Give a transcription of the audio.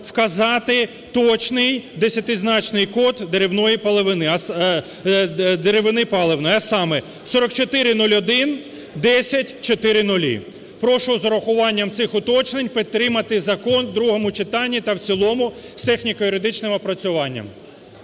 вказати точний десятизначний код деревної паливини… деревини паливної, а саме: 4401100000. Прошу з урахуванням цих уточнень підтримати закон в другому читанні та в цілому з техніко-юридичним опрацюванням.